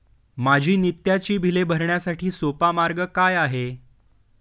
माझी नित्याची बिले भरण्यासाठी सोपा मार्ग काय आहे?